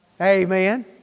Amen